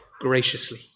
graciously